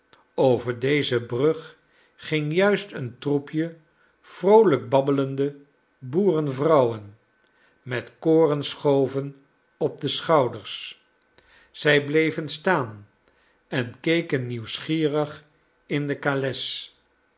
over deze brug ging juist een troepje vroolijk babbelende boerenvrouwen met korenschoven op de schouders zij bleven staan en keken nieuwsgierig in de kales